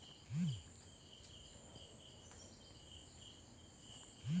ನಿನ್ನೆ ನಾನು ನನ್ನ ಅಕೌಂಟಿಗೆ ಒಂದು ಸಾವಿರ ಡೆಪೋಸಿಟ್ ಮಾಡಿದೆ ನನ್ನ ಅಕೌಂಟ್ ಬ್ಯಾಲೆನ್ಸ್ ಝೀರೋ ಉಂಟು ಅದು ಹೇಗೆ?